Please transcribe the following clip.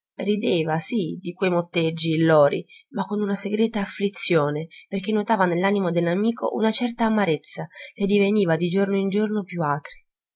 rideva sì di quei motteggi il lori ma con una segreta afflizione perché notava nell'animo dell'amico una certa amarezza che diveniva di giorno in giorno più acre